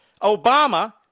Obama